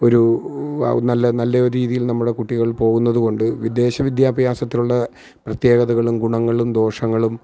ഒരു നല്ല നല്ല ഒരു രീതിയിൽ നമ്മുടെ കുട്ടികൾ പോവുന്നതുകൊണ്ട് വിദേശ വിദ്യാഭ്യാസത്തിനുള്ള പ്രത്യേകതകളും ഗുണങ്ങളും ദോഷങ്ങളും